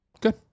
good